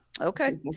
Okay